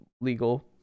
legal